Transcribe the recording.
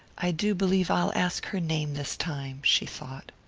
i do believe i'll ask her name this time, she thought.